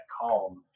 calm